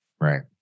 Right